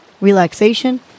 relaxation